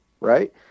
Right